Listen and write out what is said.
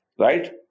right